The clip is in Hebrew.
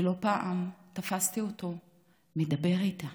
ולא פעם תפסתי אותו מדבר איתו.